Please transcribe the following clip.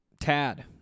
Tad